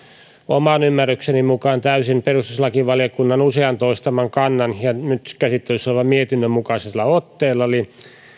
oman ymmärrykseni mukaan täysin peruslakivaliokunnan useasti toistaman kannan ja nyt käsittelyssä olevan mietinnön mukaisella otteella eli